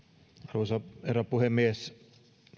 arvoisa herra puhemies